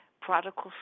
Prodigal